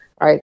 right